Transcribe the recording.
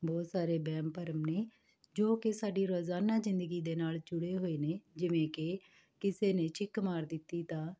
ਬਹੁਤ ਸਾਰੇ ਵਹਿਮ ਭਰਮ ਨੇ ਜੋ ਕੇ ਸਾਡੀ ਰੋਜ਼ਾਨਾ ਜ਼ਿੰਦਗੀ ਦੇ ਨਾਲ ਜੁੜੇ ਹੋਏ ਨੇ ਜਿਵੇਂ ਕਿ ਕਿਸੇ ਨੇ ਛਿੱਕ ਮਾਰ ਦਿੱਤੀ ਤਾਂ